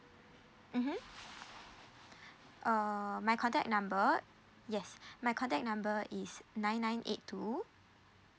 mmhmm uh my contact number yes my contact number is nine nine eight two